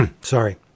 Sorry